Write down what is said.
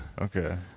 Okay